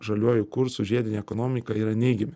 žaliuoju kursu žiedinė ekonomika yra neigiami